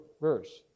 verse